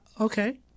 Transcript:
Okay